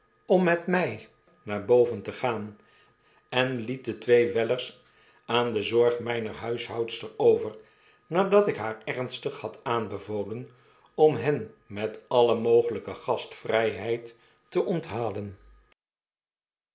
om met mij naar boven te gaan en liet de twee wellers aan de zorg mijner huishoudster over nadat ik haar ernstig had aanbevolen om hen met alle mogelijke gastvrijheid te onthalen